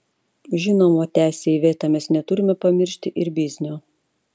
žinoma tęsia iveta mes neturime pamiršti ir biznio